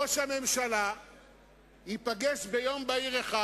ראש הממשלה ייפגש ביום בהיר אחד,